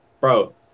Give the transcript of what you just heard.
Bro